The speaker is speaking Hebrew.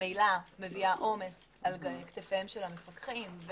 ממילא מביאה עומס על כתפיהם של המפקחים,